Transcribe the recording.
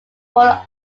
border